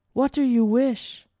what do you wish?